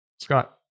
Scott